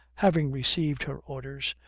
having received her orders,